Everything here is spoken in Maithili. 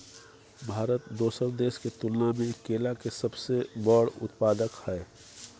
भारत दोसर देश के तुलना में केला के सबसे बड़ उत्पादक हय